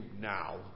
now